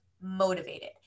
motivated